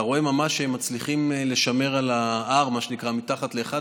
אתה רואה שהם ממש מצליחים לשמור על ה-R מתחת ל-1,